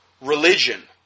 religion